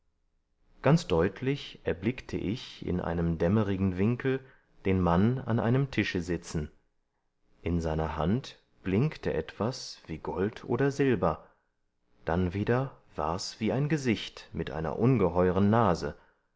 ganz deutlich erblickte ich in einem dämmerigen winkel den mann an einem tische sitzen in seiner hand blinkte etwas wie gold oder silber dann wieder war's wie ein gesicht mit einer ungeheueren nase